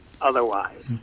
otherwise